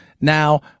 Now